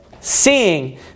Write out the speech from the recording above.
Seeing